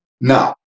Now